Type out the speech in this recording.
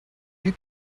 you